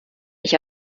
ich